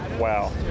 wow